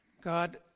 God